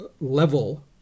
level